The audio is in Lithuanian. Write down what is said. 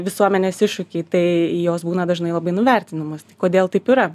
visuomenės iššūkiai tai jos būna dažnai labai nuvertinamos tai kodėl taip yra